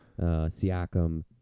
Siakam